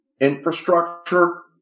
infrastructure